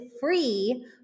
free